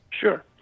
sure